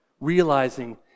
realizing